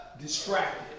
distracted